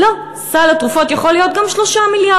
לא, סל התרופות יכול להיות גם 3 מיליארד.